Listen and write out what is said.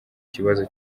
kibazo